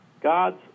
God's